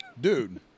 dude